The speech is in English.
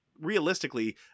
realistically